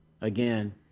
again